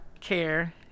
care